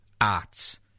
arts